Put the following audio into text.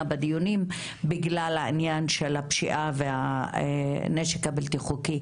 בדיונים בגלל העניין של הפשיעה והנשק הבלתי חוקי,